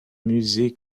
musée